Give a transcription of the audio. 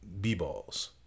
B-Balls